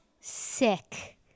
sick